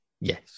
yes